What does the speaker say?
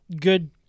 good